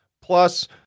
plus